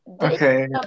Okay